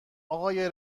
آقای